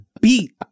beat